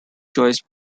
choice